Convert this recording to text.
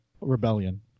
Rebellion